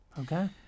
Okay